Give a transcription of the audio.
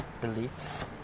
beliefs